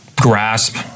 grasp